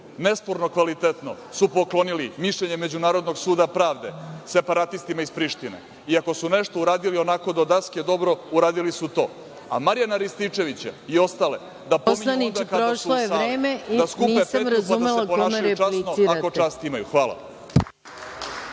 Nesporno kvalitetno su poklonili mišljenje Međunarodnog suda pravde separatistima iz Prištine. Ako su nešto uradili onako do daske dobro, uradili su to. A Marijana Rističevića i ostale da pominju onda kada su u sali, da skupe petlju pa da se ponašaju časno, ako čast imaju. Hvala.